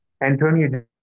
Antonio